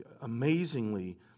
amazingly